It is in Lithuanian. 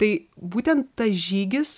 tai būtent tas žygis